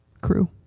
crew